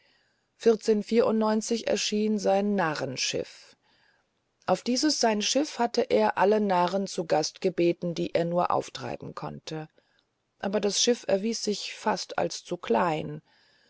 erschien sein narrenschiff auf dieses hatte er alle narren zu gast gebeten die er nur auftreiben konnte aber das schiff erwies sich als zu klein